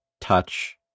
touch